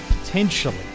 potentially